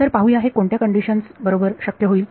तर पाहूया हे कोणत्या कंडिशन्स बरोबर होईल